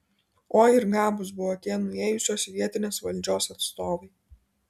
oi ir gabūs buvo tie nuėjusios vietinės valdžios atstovai